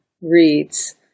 reads